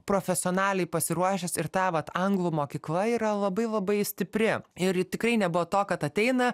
profesionaliai pasiruošęs ir ta vat anglų mokykla yra labai labai stipri ir tikrai nebuvo to kad ateina